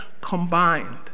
combined